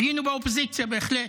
היינו באופוזיציה, בהחלט.